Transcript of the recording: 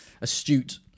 astute